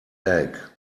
egg